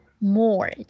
more